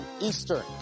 Eastern